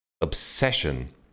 obsession